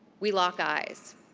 we lock eyes.